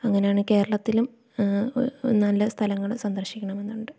അങ്ങനാണ് കേരളത്തിലും നല്ല സ്ഥലങ്ങൾ സന്ദർശിക്കണം എന്നുണ്ട്